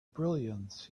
brilliance